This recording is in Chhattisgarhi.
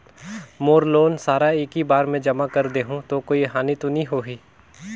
मोर लोन सारा एकी बार मे जमा कर देहु तो कोई हानि तो नी होही?